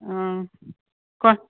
आं